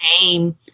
name